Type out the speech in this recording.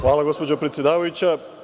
Hvala, gospođo predsedavajuća.